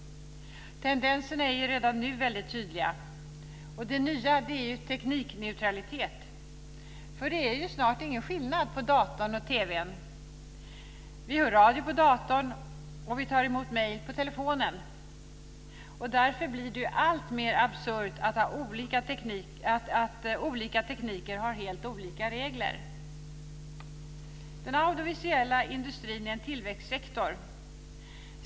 Tendenserna är redan nu väldigt tydliga. Det nya är teknikneutralitet, för det är snart ingen skillnad mellan datorn och TV:n. Vi hör radio på datorn, och vi tar emot mejl på telefonen. Därför blir det alltmer absurt att olika tekniker har helt olika regler. Den audiovisuella industrin är en tillväxtsektor.